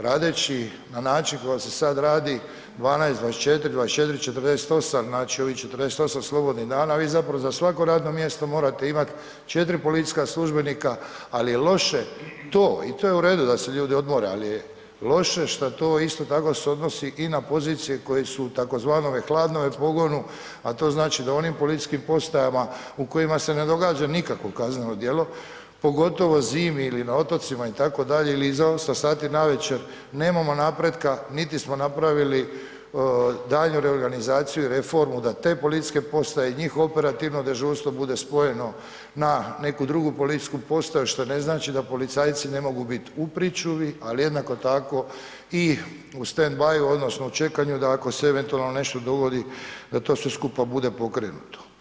Radeći na način na koji se sad radi, 12, 24, 24, 48, znači, ovih 48 slobodnih dana, vi zapravo za svako radno mjesto morate imati 4 policijska službenika, al je loše to i to je u redu da se ljudi odmore, al je loše šta to isto tako se odnosi i na pozicije koje su u tzv. hladnome pogonu, a to znači da u onim policijskim postajama u kojima se ne događa nikakvo kazneno djelo, pogotovo zimi ili na otocima itd. ili iza 8 sati navečer nemamo napretka, niti smo napravili daljnju reorganizaciju i reformu da te policijske postaje i njihovo operativno dežurstvo bude spojeno na neku drugu policijsku postaju, što ne znači da policajci ne mogu bit u pričuvi, ali jednako tako i u stand bayu odnosno u čekanju da ako se eventualno nešto dogodi da to sve skupa bude pokrenuto.